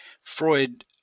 Freud